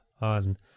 on